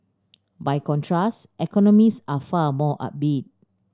by contrast economists are far more upbeat